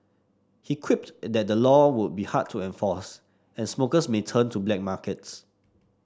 he quipped and that the law would be hard to enforce and smokers may turn to black markets